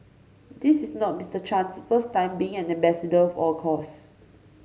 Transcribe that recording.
this is not Mister Chan's first time being an ambassador for a cause